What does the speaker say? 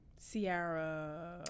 Sierra